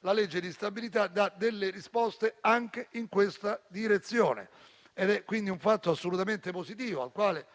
La legge di bilancio dà delle risposte anche in questa direzione. Ed è quindi un fatto assolutamente positivo, al quale